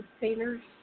painters